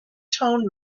tone